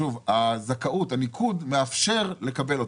הניקוד מאפשר לקבל אותם.